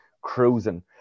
cruising